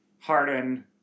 Harden